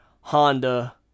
Honda